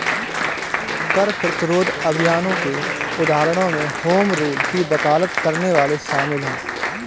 कर प्रतिरोध अभियानों के उदाहरणों में होम रूल की वकालत करने वाले शामिल हैं